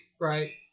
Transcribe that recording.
right